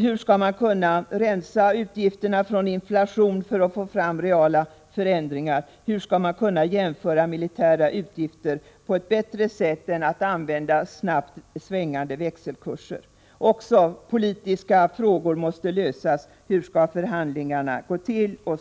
Hur skall man kunna rensa utgifterna från inflation för att få fram reala förändringar? Hur skall man kunna jämföra militära utgifter på ett bättre sätt än att använda snabbt svängande växelkurser? Också politiska frågor måste lösas. Hur skall t.ex. förhandlingarna gå till? Jag